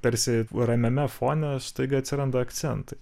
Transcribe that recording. tarsi ramiame fone staiga atsiranda akcentai